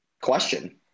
question